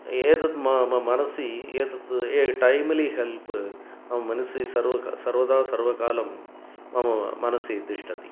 एतद् म म मनसि एतत् ए टैम्लि हेल्प् मम मनसि सर्वदा सर्वदा सर्वकालं मम मनसि तिष्ठति